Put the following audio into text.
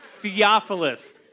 Theophilus